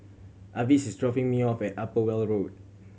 Avis is dropping me off at Upper Weld Road